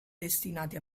destinati